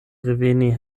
reveni